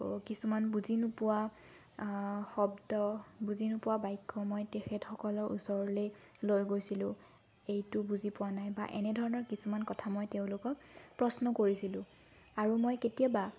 কিছুমান বুজি নোপোৱা শব্দ বুজি নোপোৱা বাক্য মই তেখেতসকলৰ ওচৰলৈ লৈ গৈছিলোঁ এইটো বুজি পোৱা নাই বা এনেধৰণৰ কিছুমান কথা মই তেওঁলোকক প্ৰশ্ন কৰিছিলোঁ আৰু মই কেতিয়াবা